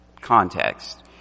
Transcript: context